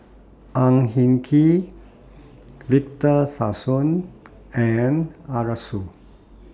Ang Hin Kee Victor Sassoon and Arasu